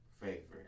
favorite